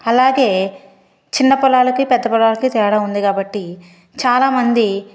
అలాగే చిన్న పొలాలకి పెద్ద పొలాలకి తేడా ఉంది కాబట్టి చాలా మంది